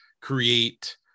create